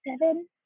seven